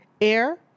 air